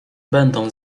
będą